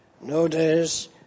notice